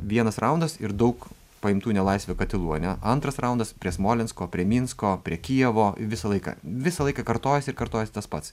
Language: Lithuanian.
vienas raundas ir daug paimtų į nelaisvę katilų ane antras raundas prie smolensko prie minsko prie kijevo visą laiką visą laiką kartojasi ir kartojasi tas pats